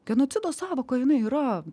genocido sąvoka jinai yra